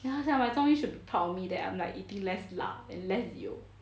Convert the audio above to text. ya sia my 中医 should be proud of me that I'm eating less 辣 and less 油